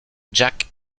jacques